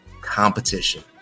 Competition